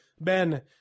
Ben